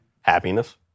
happiness